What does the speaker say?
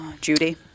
Judy